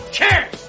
Cheers